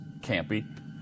campy